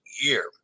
year